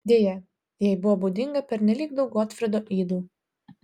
deja jai buvo būdinga pernelyg daug gotfrido ydų